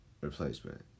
replacement